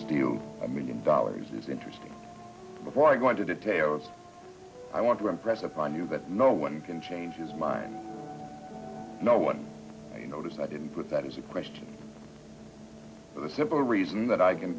you a million dollars is interesting before i go into details i want to impress upon you that no one can change his mind no one noticed i didn't put that as a question for the simple reason that i can